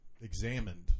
examined